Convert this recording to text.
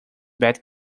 bat